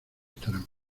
estarán